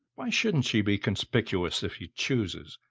why shouldn't she be conspicuous if she chooses?